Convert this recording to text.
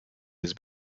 his